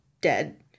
dead